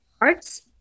arts